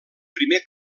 primer